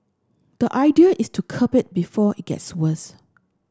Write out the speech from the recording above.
the idea is to curb it before it gets worse